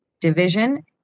Division